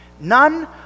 None